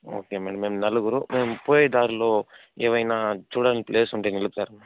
okay madam మేము నలుగురు మేము పోయే దారిలో ఏవైనా చూడని ప్లేస్ ఉంటే నిలుపుతారా